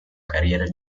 carriera